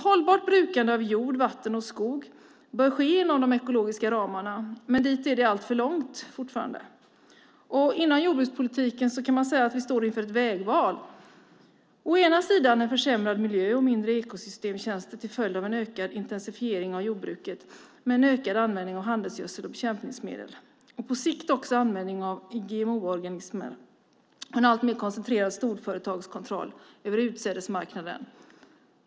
Hållbart brukande av jord, vatten och skog bör ske inom de ekologiska ramarna. Men dit är det fortfarande alltför långt. Inom jordbrukspolitiken står vi inför ett vägval. Å ena sidan har vi en försämrad miljö och färre ekosystemtjänster till följd av en ökad intensifiering av jordbruket med en ökad användning av handelsgödsel och bekämpningsmedel. På sikt handlar det också om användning av GMO:er och en alltmer koncentrerad storföretagskontroll över utsädesmarknaden.